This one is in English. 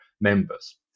members